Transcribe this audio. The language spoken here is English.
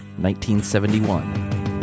1971